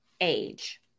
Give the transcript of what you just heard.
age